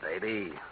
baby